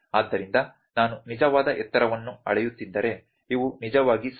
ಆದ್ದರಿಂದ ನಾನು ನಿಖರವಾದ ಎತ್ತರವನ್ನು ಅಳೆಯುತ್ತಿದ್ದರೆ ಇವು ನಿಜವಾಗಿ ಸಂಖ್ಯೆಗಳು